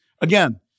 Again